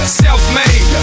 self-made